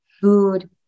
food